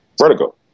vertigo